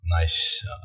nice